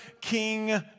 King